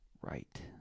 Right